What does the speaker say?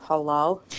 hello